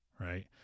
right